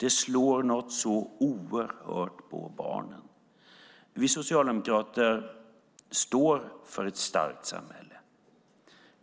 som slår så oerhört hårt på barnen. Vi socialdemokrater står för ett starkt samhälle.